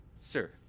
Sir